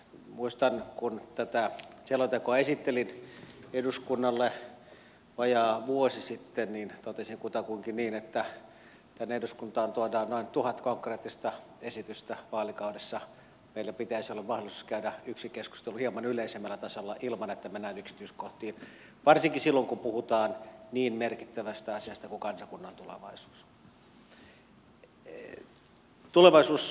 muistan että kun tätä selontekoa esittelin eduskunnalle vajaa vuosi sitten totesin kutakuinkin niin että tänne eduskuntaan tuodaan noin tuhat konkreettista esitystä vaalikaudessa ja meillä pitäisi olla mahdollisuus käydä yksi keskustelu hieman yleisemmällä tasolla ilman että mennään yksityiskohtiin varsinkin silloin kun puhutaan niin merkittävästä asiasta kuin kansakunnan tulevaisuus